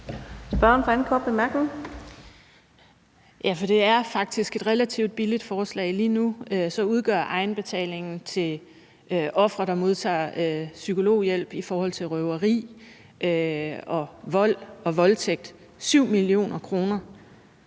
Lorentzen Dehnhardt (SF): Ja, for det er faktisk et relativt billigt forslag. Lige nu udgør egenbetalingen til ofre, der modtager psykologhjælp efter røveri, vold og voldtægt, 7 mio. kr.